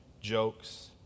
jokes